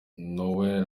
noel